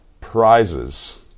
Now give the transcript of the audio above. prizes